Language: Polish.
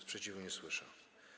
Sprzeciwu nie słyszę.